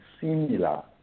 similar